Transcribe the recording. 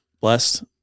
blessed